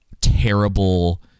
terrible